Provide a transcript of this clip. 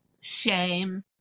shame